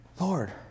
Lord